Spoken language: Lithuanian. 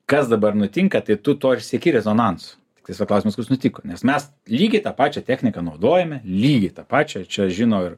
kas dabar nutinka tai tu to ir sieki rezonansu tiktais va klausimas kas nutiko nes mes lygiai tą pačią techniką naudojame lygiai tą pačią čia žino ir